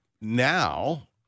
now